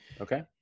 Okay